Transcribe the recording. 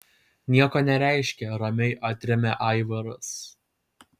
nieko nereiškia ramiai atremia aivaras